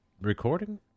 recording